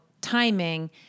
timing